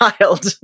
child